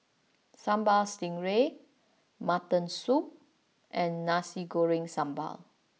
Sambal Stingray Mutton Soup and Nasi Goreng Sambal